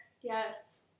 yes